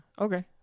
Okay